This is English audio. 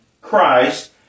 Christ